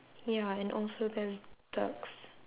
ya and also there's ducks